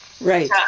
Right